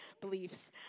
beliefs